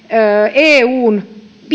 eun